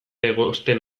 egosten